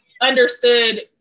understood